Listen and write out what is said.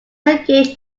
engaged